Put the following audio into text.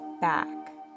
back